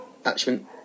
attachment